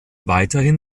weiterhin